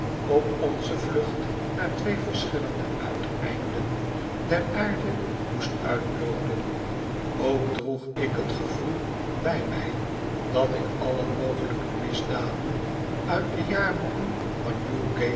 op onze vlucht naar twee verschillende uiteinden der aarde moest mtloopen ook droeg ik het gevoel bij mij dat ik alle mogelijke misdaden uit de jaarboeken van